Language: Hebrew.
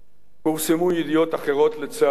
פורסמו ידיעות אחרות, לצערי,